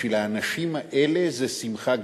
בשביל האנשים האלה זה שמחה גדולה.